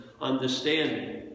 understanding